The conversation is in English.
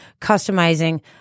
customizing